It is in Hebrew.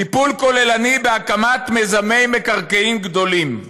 טיפול כוללני בהקמת מיזמי מקרקעין גדולים.